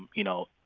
you know,